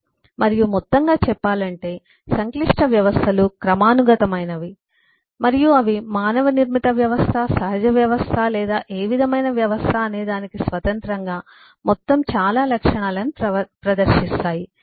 సమయం 2328 స్లైడ్ చూడండి మరియు మొత్తంగా చెప్పాలంటేసంక్లిష్ట వ్యవస్థలు క్రమానుగతమైనవి మరియు అవి మానవ నిర్మిత వ్యవస్థ ఇది సహజ వ్యవస్థ లేదా ఏ విధమైన వ్యవస్థ అనేదానికి స్వతంత్రంగా మొత్తం చాలా లక్షణాలను ప్రదర్శిస్తాయి